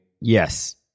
Yes